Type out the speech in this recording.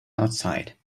outside